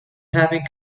having